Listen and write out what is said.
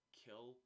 kill